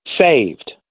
saved